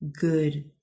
good